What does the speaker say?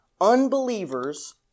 unbelievers